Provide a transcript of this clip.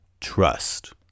trust